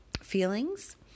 feelings